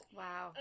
wow